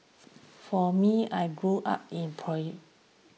for me I grew up in